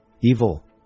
evil